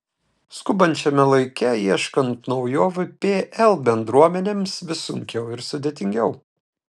skubančiame laike ieškant naujovių pl bendruomenėms vis sunkiau ir sudėtingiau